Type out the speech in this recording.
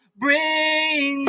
bring